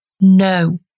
No